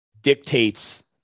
dictates